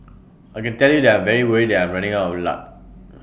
I can tell you that I'm very worried that I'm running out of luck